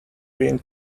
been